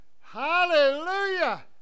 Hallelujah